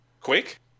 Quake